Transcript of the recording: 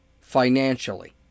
financially